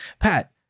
Pat